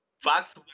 Fox